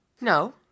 No